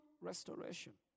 restoration